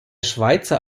schweizer